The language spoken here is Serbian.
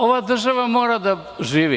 Ova država mora da živi.